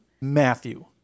Matthew